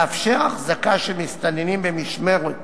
לאפשר החזקה של מסתננים במשמורת